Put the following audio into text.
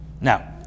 Now